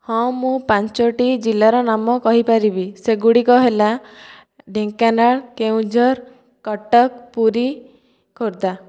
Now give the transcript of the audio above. ହଁ ମୁଁ ପାଞ୍ଚୋଟି ଜିଲ୍ଲାର ନାମ କହିପାରିବି ସେଗୁଡ଼ିକ ହେଲା ଢେଙ୍କାନାଳ କେଉଁଝର କଟକ ପୁରୀ ଖୋର୍ଦ୍ଧା